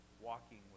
walking